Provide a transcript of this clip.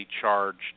charged